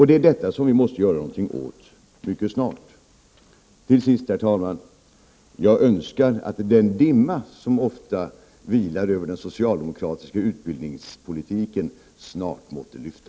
Det är det som vi mycket snart måste göra någonting åt. Till sist, herr talman: Jag önskar att den dimma som ofta vilar över den socialdemokratiska utbildningspolitiken snart måtte lyfta.